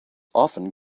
often